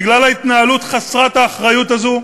בגלל ההתנהלות חסרת האחריות הזאת,